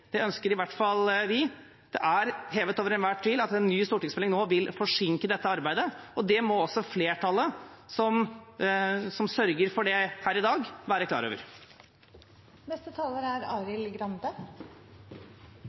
Det ønsker i hvert fall vi. Det er hevet over enhver tvil at en ny stortingsmelding nå vil forsinke dette arbeidet, og det må også flertallet, som sørger for det her i dag, være klar over. Jeg tar ordet for å minne om hva som er